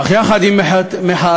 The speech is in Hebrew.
אך יחד עם מחאתנו,